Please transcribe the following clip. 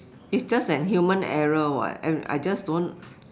it's just an human error [what] I I just don't